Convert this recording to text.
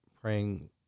praying